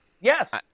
Yes